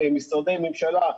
משרדי ממשלה,